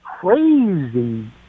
crazy